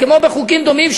כמו בחוקים דומים,